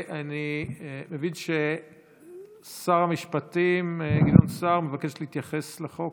אני מבין ששר המשפטים גדעון סער מבקש להתייחס לחוק.